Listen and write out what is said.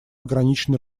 ограничены